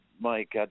Mike